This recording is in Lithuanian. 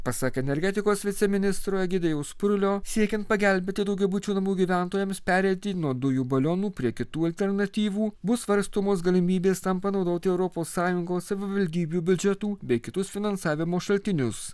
pasak energetikos viceministro egidijaus purlio siekiant pagelbėti daugiabučių namų gyventojams pereiti nuo dujų balionų prie kitų alternatyvų bus svarstomos galimybės tam panaudoti europos sąjungos savivaldybių biudžetų bei kitus finansavimo šaltinius